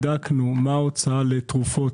בהגדרה, כל מה שהשב"נ רוכש הוא תרופה